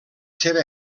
seva